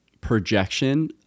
projection